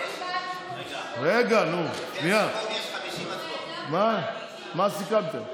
יש 50, מה סיכמתם,